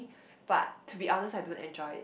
but to be honest I do enjoy it